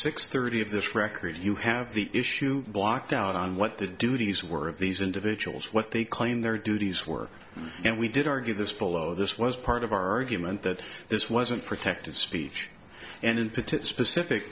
six thirty of this record you have the issue blocked out on what the duties were of these individuals what they claim their duties were and we did argue this below this was part of our agreement that this wasn't protected speech and input to specific